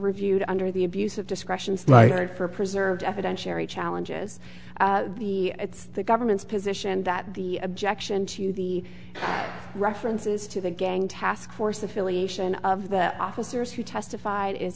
reviewed under the abuse of discretion slighted for preserve evidence sherry challenges the it's the government's position that the objection to the references to the gang task force affiliation of the officers who testified is